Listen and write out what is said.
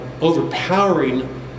overpowering